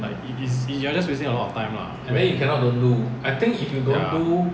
like it's it's you're just wasting a lot of time lah